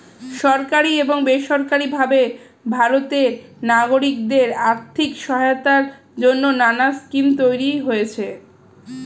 সরকারি এবং বেসরকারি ভাবে ভারতের নাগরিকদের আর্থিক সহায়তার জন্যে নানা স্কিম তৈরি হয়েছে